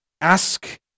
Ask